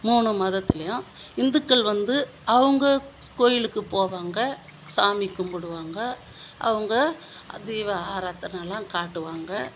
மூணு மதத்துலேயும் இந்துக்கள் வந்து அவங்க கோவிலுக்கு போவாங்க சாமி கும்பிடுவாங்க அவங்க தீப ஆராத்தனைலாம் காட்டுவாங்க